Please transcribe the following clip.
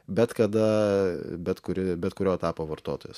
bet kada bet kuri bet kurio etapo vartotojas